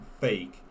fake